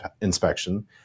inspection